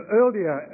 earlier